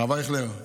הרב אייכלר,